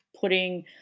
putting